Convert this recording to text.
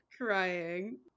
crying